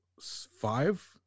five